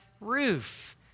roof